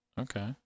Okay